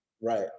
Right